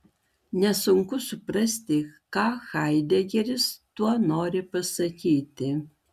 nesunku suprasti ką haidegeris tuo nori pasakyti